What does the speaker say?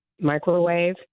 microwave